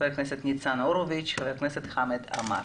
חבר הכנסת ניצן הורוביץ וחבר הכנסת חמד עמאר.